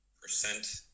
percent